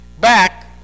back